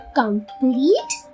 complete